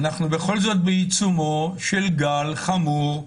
אנחנו בכל זאת בעיצומו של גל חמור,